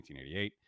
1988